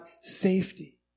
safety